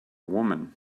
woman